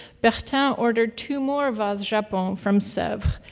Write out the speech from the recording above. bertin ordered two more vase japon from sevres,